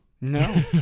No